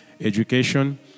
education